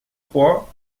trois